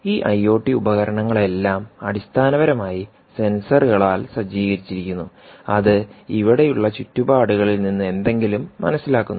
ഈ ഐഒടി ഉപകരണങ്ങളെല്ലാം അടിസ്ഥാനപരമായി സെൻസറുകളാൽ സജ്ജീകരിച്ചിരിക്കുന്നുഅത് ഇവിടെയുള്ള ചുറ്റുപാടുകളിൽ നിന്ന് എന്തെങ്കിലും മനസ്സിലാക്കുന്നു